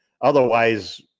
Otherwise